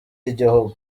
y’igihugu